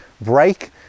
break